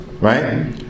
Right